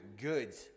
goods